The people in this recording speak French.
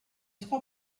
trois